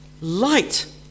light